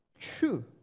true